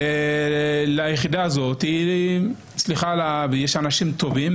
ויש אנשים טובים,